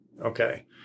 Okay